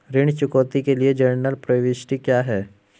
ऋण चुकौती के लिए जनरल प्रविष्टि क्या है?